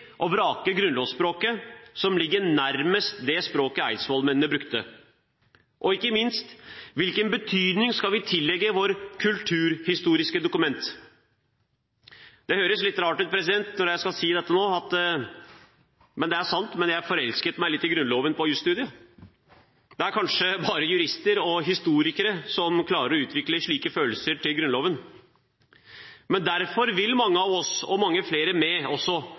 å vrake grunnlovsspråket som ligger nærmest det språket eidsvollsmennene brukte? Og ikke minst: Hvilken betydning skal vi tillegge våre kulturhistoriske dokument? Det høres litt rart ut når jeg skal si dette, men det er sant: Jeg forelsket meg litt i Grunnloven på jusstudiet. Det er kanskje bare jurister og historikere som klarer å utvikle slike følelser for Grunnloven. Men derfor vil mange av oss – og mange flere med